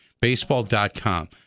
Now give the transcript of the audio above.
baseball.com